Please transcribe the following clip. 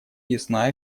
ясна